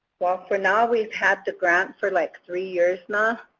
well for now we've had the grant for like three years now.